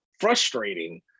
frustrating